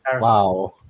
Wow